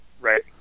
Right